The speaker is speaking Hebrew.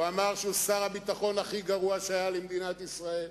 הוא אמר שהוא שר הביטחון הכי גרוע שהיה למדינת ישראל.